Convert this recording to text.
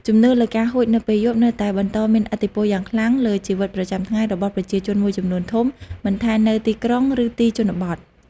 ជំនឿលើការហួចនៅពេលយប់នៅតែបន្តមានឥទ្ធិពលយ៉ាងខ្លាំងលើជីវិតប្រចាំថ្ងៃរបស់ប្រជាជនមួយចំនួនធំ មិនថានៅទីក្រុង ឬទីជនបទ។